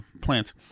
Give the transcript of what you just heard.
plant